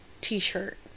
T-shirt